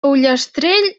ullastrell